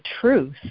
truth